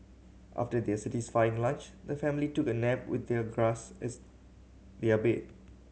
after their satisfying lunch the family took a nap with their grass as their bed